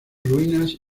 ruinas